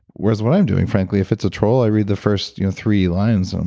whereas what i'm doing frankly, if it's a troll, i read the first you know three lines. i'm